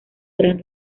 gran